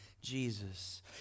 Jesus